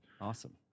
Awesome